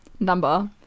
Number